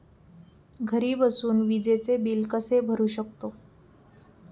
घरी बसून विजेचे बिल कसे भरू शकतो?